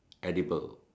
edible